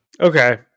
Okay